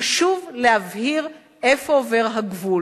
חשוב להבהיר איפה עובר הגבול